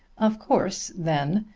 of course, then,